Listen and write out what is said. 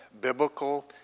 biblical